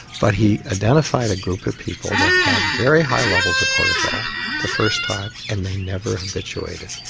but he identified a group of people that had very high levels of cortisol the first time and they never habituated.